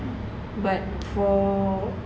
but for